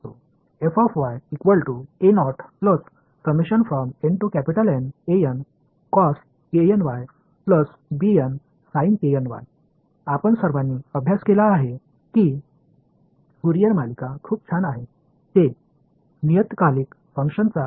Fourier தொடர் ஏன் மிகவும் அருமையாக இருக்கிறது என்பதை நீங்கள் அனைவரும் படித்திருக்கிறீர்கள் அவை ஒரு குறிப்பிட்ட கால இடைவெளியில் செயல்பாட்டை தோராயமாக மதிப்பிட முடியும்